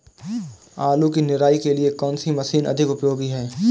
आलू की निराई के लिए कौन सी मशीन अधिक उपयोगी है?